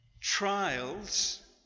trials